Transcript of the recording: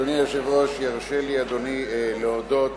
אדוני היושב-ראש, ירשה לי אדוני להודות